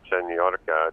čia niujorke